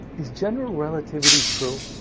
is general relativity true.